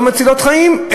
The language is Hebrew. לא מצילות חיים,